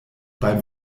beim